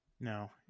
No